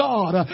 God